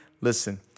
listen